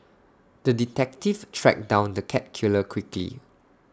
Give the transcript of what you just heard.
the detective tracked down the cat killer quickly